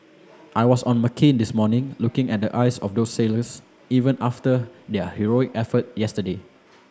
I was on McCain this morning looking at the eyes of those sailors even after their heroic effort yesterday